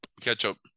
Ketchup